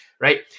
Right